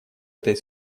этой